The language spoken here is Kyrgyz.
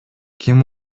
ким